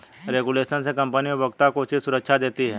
regulation से company उपभोक्ता को उचित सुरक्षा देती है